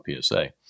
PSA